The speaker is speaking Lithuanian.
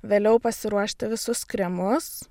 vėliau pasiruošti visus kremus